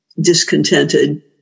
discontented